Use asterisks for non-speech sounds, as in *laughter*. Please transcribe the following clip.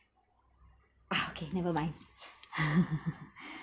ah okay never mind *laughs*